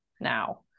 now